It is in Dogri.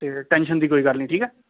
ते टैंशन दी कोई गल्ल नी ठीक ऐ